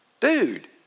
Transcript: Dude